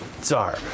Tsar